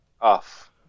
Off